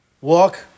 Walk